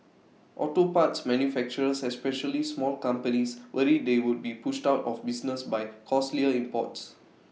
auto parts manufacturers especially small companies worry they would be pushed out of business by costlier imports